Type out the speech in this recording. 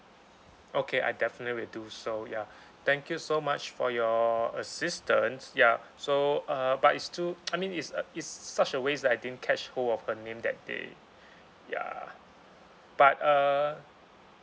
okay I definitely will do so ya thank you so much for your assistance ya so uh but it's still I mean it's uh it's such a waste lah I didn't catch hold of her name that day ya but uh